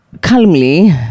calmly